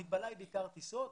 המגבלה היא בעיקר הטיסות.